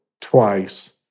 twice